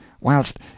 whilst